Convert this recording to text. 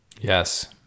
yes